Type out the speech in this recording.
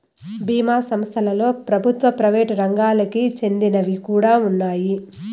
బీమా సంస్థలలో ప్రభుత్వ, ప్రైవేట్ రంగాలకి చెందినవి కూడా ఉన్నాయి